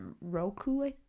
Roku